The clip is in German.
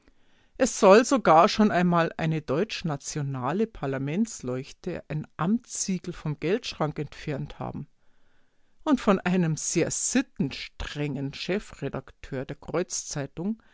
es soll sogar schon einmal eine deutschnationale parlamentsleuchte ein amtssiegel vom geldschrank entfernt haben und von einem sehr sittenstrengen chefredakteur der